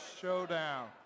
showdown